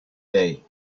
day